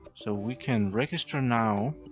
so we can register now.